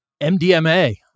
MDMA